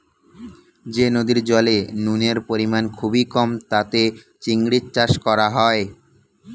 যে নদীর জলে নুনের পরিমাণ খুবই কম তাতে চিংড়ির চাষ করা হয়